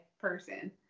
person